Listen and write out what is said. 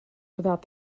without